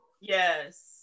yes